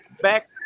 back